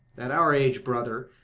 at our age, brother,